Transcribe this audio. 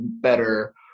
better